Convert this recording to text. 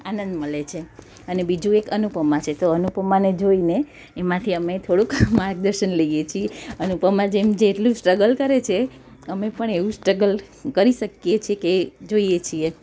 આનંદ મળે છે અને બીજું એક અનુપમા છે તો અનુપમાને જોઈને એમાંથી અમે થોડુંક માર્ગદર્શન લઈએ છીએ અનુપમા જેમ જેટલું સ્ટ્રગલ કરે છે અમે પણ એવું સ્ટ્રગલ કરી શકીએ છીએ કે એ જોઈએ છીએ